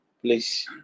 please